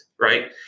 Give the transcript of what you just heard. right